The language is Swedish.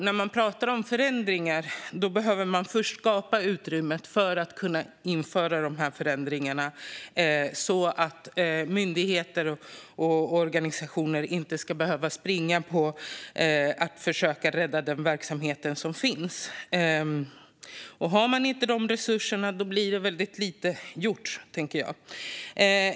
Vid förändringar behöver man först skapa utrymme för att kunna införa dem, så att inte myndigheter och organisationer ska behöva springa efter för att rädda verksamhet. Om inte de resurserna finns blir lite gjort.